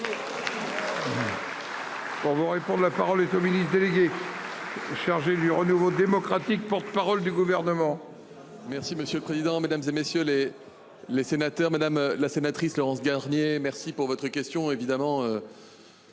Vert. Répondent. La parole est au ministre délégué. Chargé du renouveau démocratique porte-parole du gouvernement. Merci monsieur le président, Mesdames, et messieurs les. Les sénateurs, madame la sénatrice Laurence Garnier, merci pour votre question évidemment.